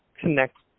connect